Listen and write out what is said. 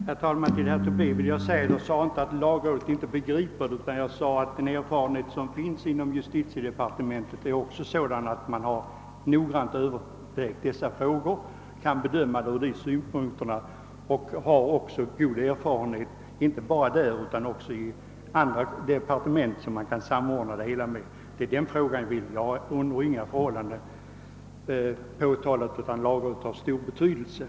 Herr talman! Till herr Tobé vill jag säga att jag inte påstod att lagrådet inte begriper denna sak. Vad jag sade var att justitiedepartementet har erfarenhet och noga överväger dessa frågor och dessutom samråder med andra departement. Jag vill ingalunda förneka att lagrådet har stor betydelse.